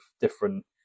different